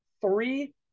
three